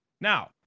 Now